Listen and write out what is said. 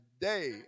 day